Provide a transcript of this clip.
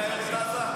תן הצעות.